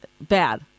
bad